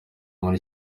muri